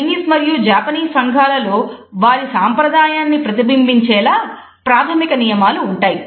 చీనీ సంఘాలలో వారి సాంప్రదాయాన్ని ప్రతిబింబించేలా ప్రాథమిక నియమాలు ఉంటాయి